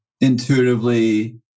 intuitively